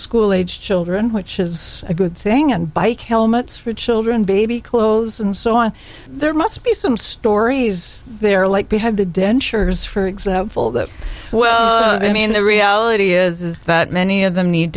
school aged children which is a good thing and bike helmets for children baby clothes and so on there must be some stories there like behind the dentures for example that well i mean the reality is that many of them need